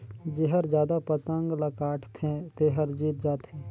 जेहर जादा पतंग ल काटथे तेहर जीत जाथे